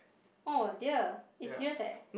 oh dear it's serious eh